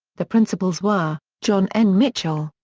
the principals were john n. mitchell,